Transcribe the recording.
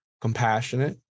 compassionate